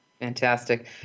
Fantastic